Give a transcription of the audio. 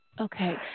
okay